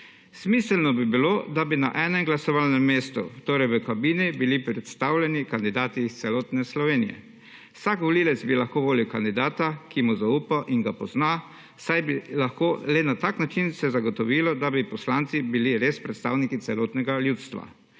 Smiselno bi bilo, da bi na enem glasovalnem mestu, torej v kabini, bili predstavljeni kandidati iz celotne Slovenije. Vsak volivec bi lahko volil kandidata, ki mu zaupa in ga pozna, saj bi lahko le na tak način se zagotovilo, da bi poslanci bili res predstavniki celotnega ljudstva.